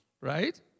Right